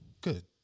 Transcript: good